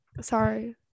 Sorry